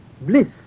Bliss